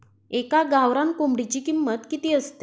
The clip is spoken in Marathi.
एका गावरान कोंबडीची किंमत किती असते?